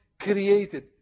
created